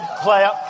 player